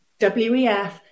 WEF